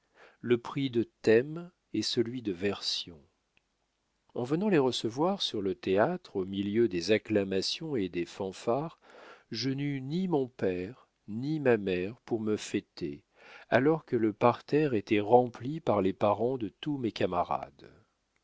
le prix de thème et celui de version en venant les recevoir sur le théâtre au milieu des acclamations et des fanfares je n'eus ni mon père ni ma mère pour me fêter alors que le parterre était rempli par les parents de tous mes camarades